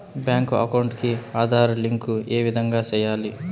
Bank account కి Aadhaar link ఏ విధంగా సెయ్యాలి?